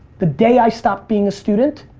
the day i stopped being a student,